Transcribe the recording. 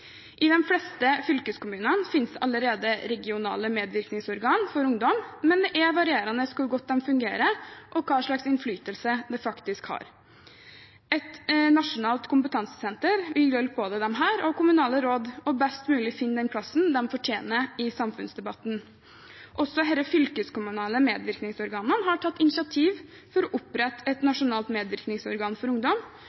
I de fleste fylkeskommunene finnes det allerede regionale medvirkningsorgan for ungdom, men det er varierende hvor godt de fungerer, og hva slags innflytelse de faktisk har. Et nasjonalt kompetansesenter vil hjelpe både disse og kommunale råd, og best mulig finne plassen de fortjener i samfunnsdebatten. Også disse fylkeskommunale medvirkningsorganene har tatt initiativ til å opprette et